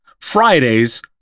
Fridays